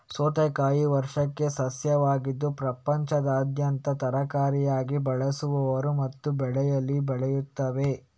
ಸೌತೆಕಾಯಿ ವಾರ್ಷಿಕ ಸಸ್ಯವಾಗಿದ್ದು ಪ್ರಪಂಚದಾದ್ಯಂತ ತರಕಾರಿಯಾಗಿ ಬಳಸುವರು ಮತ್ತು ಬಳ್ಳಿಯಲ್ಲಿ ಬೆಳೆಯುತ್ತವೆ